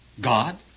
God